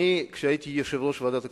כשהייתי יושב-ראש ועדת הכספים,